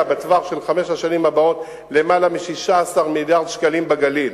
בטווח של חמש השנים הבאות של למעלה מ-16 מיליארד שקלים בגליל,